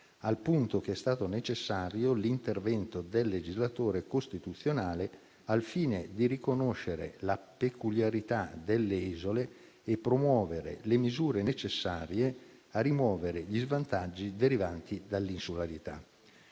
al punto che è stato necessario l'intervento del legislatore costituzionale al fine di riconoscere la peculiarità delle isole e promuovere le misure necessarie a rimuovere gli svantaggi derivanti dall'insularità.